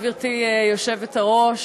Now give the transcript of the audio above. גברתי היושבת-ראש,